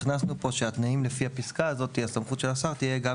הכנסנו פה שהתנאים לפי הפסקה הזאת יכול שייקבעו